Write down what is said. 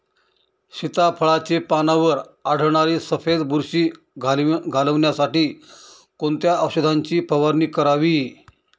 सीताफळाचे पानांवर आढळणारी सफेद बुरशी घालवण्यासाठी कोणत्या औषधांची फवारणी करावी?